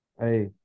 hey